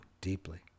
deeply